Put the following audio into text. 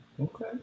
Okay